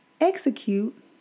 execute